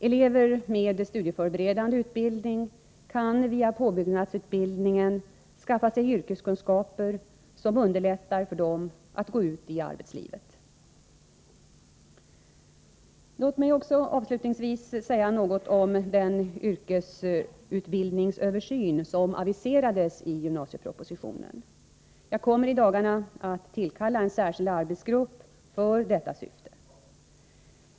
Elever med studieförberedande utbildning kan via påbyggnads utbildningen skaffa sig yrkeskunskaper som underlättar för dem att gå ut i arbetslivet. Låt mig också avslutningsvis säga något om den yrkesutbildningsöversyn som aviserades i gymnasiepropositionen. Jag kommer i dagarna att tillkalla en särskild arbetsgrupp för detta.